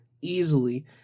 easily